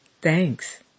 Thanks